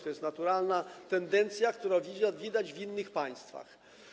To jest naturalna tendencja, którą widać w innych państwach.